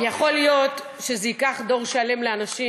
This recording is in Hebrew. יכול להיות שזה ייקח דור שלם לאנשים